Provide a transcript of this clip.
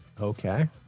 Okay